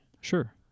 Sure